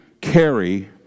carry